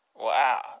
Wow